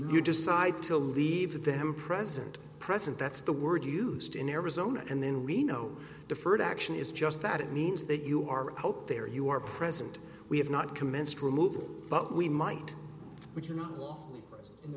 you decide to leave them present present that's the word used in arizona and then reno deferred action is just that it means that you are hope they are you are present we have not commenced removal but we might which are not